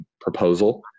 proposal